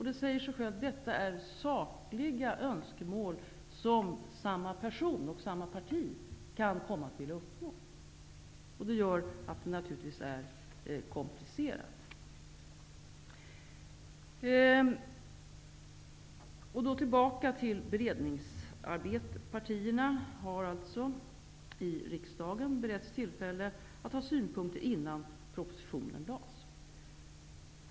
Det säger sig självt att detta är sakliga önskemål som samma person och samma parti kan komma att vilja uppnå. Det gör naturligtvis detta komplicerat. Jag vill återgå till frågan om beredningsarbetet. Partierna i riksdagen har beretts tillfälle att ha synpunkter innan propositionen lades fram.